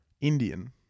Indian